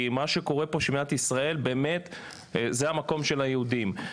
כי מה שקורה פה שבמדינת ישראל באמת היא המקום של היהודים,